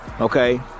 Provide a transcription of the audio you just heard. okay